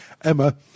Emma